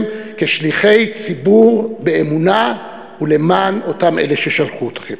כשליחי ציבור באמונה ולמען אותם אלה ששלחו אתכם.